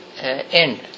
end